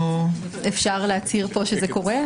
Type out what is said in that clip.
אפשר להצהיר כאן שזה קורה?